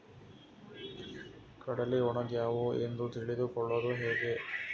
ಕಡಲಿ ಒಣಗ್ಯಾವು ಎಂದು ತಿಳಿದು ಕೊಳ್ಳೋದು ಹೇಗೆ?